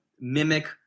mimic